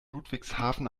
ludwigshafen